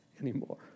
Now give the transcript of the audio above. anymore